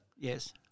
Yes